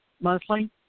monthly